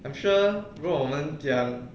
I'm sure 如果我们讲